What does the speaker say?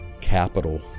capital